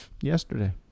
Yesterday